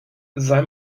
sei